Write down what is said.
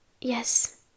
yes